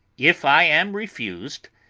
if i am refused,